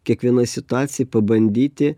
kiekvienoj situacijoj pabandyti